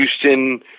Houston